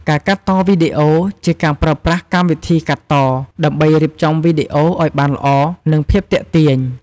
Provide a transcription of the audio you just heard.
ការកាត់តវីដេអូ ជាការប្រើប្រាស់កម្មវិធីកាត់តដើម្បីរៀបចំវីដេអូឱ្យបានល្អនិងភាពទាក់ទាញ។